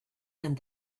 and